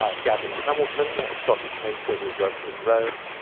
ah gavin hamilton, a scottish painter who worked in rome,